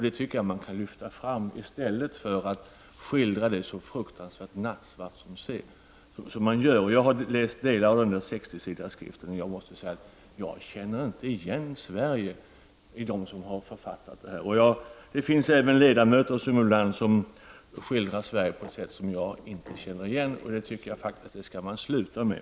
Det tycker jag att man kan lyfta fram, i stället för att skildra samhället så fruktansvärt nattsvart som man gör. Jag har läst delar av den sextiosidiga skriften, och jag måste säga att jag inte känner igen Sverige i beskrivningen från dem som har författat skriften. Det finns även ledamöter som ibland skildrar Sverige på ett sätt som jag inte känner igen. Det tycker jag faktiskt att man skall sluta med.